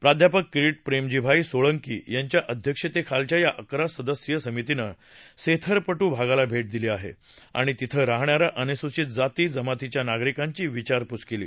प्राध्यापक किरीट प्रेमजीभाई सोळंकी यांच्या अध्यक्षतेखालच्या या अकरा सदस्यीय समितीनं सेथरपटू भागाला भेट दिली आणि तिथं राहणाऱ्या अनुसूचित जाती जमातीच्या नागरिकांची विचारपूस केली